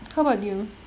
how about you